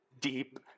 deep